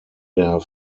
der